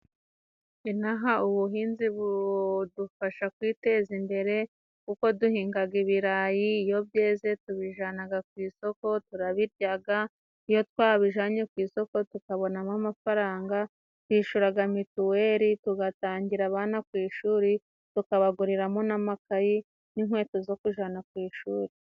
Inaha ubuhinzi budufasha kwiteza imbere; kuko duhingaga ibirayi iyo byeze tubijanaga ku isoko, turabiryaga. Iyo twabijyanye ku isoko tukabonamo amafaranga twishyuraga mituweli, tugatangira abana ku ishuri, tukabaguriramo n'amakayi n'inkweto zo kujana ku ishuri.